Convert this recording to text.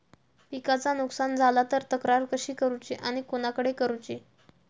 पिकाचा नुकसान झाला तर तक्रार कशी करूची आणि कोणाकडे करुची?